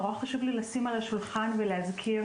נורא חשוב לי לשים על השולחן ולהזכיר